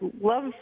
love